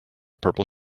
purple